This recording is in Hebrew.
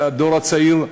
הדור הצעיר,